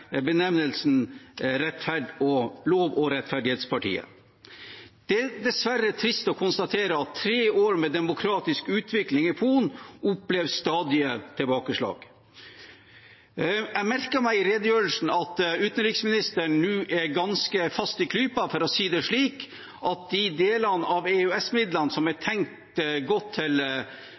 benevnelsen «Lov- og rettferdighetspartiet». Det er dessverre trist å konstatere at tre tiår med demokratisk utvikling i Polen opplever stadige tilbakeslag. Jeg merket meg i redegjørelsen at utenriksministeren nå er ganske fast i klypa, for å si det slik, ved at de delene av EØS-midlene som er tenkt å gå til